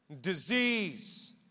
disease